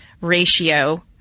ratio